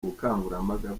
ubukangurambaga